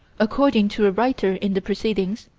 according to a writer in the proceedings,